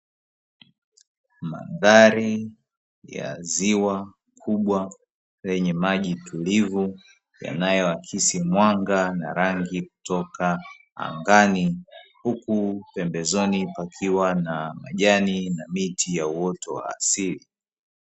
Mandhari ya ziwa kubwa lenye maji tulivu yanayoakisi mwanga na rangi kutoka angani, huku pembezoni kukiwa na majani na miti ya uoto wa asili.